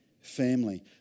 family